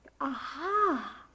Aha